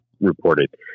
reported